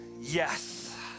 yes